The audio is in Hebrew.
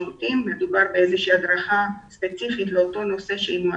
מדובר באיזושהי הדרכה ספציפית באותו נושא שבו היא מועסקת.